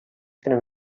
tenen